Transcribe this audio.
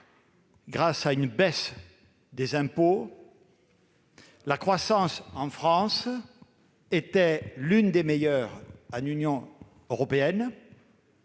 grâce à une baisse des impôts, la croissance en France était l'une des meilleures de l'Union européenne,